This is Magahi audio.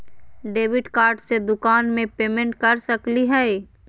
डेबिट कार्ड से दुकान में पेमेंट कर सकली हई?